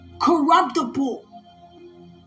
corruptible